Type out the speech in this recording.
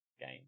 game